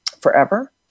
forever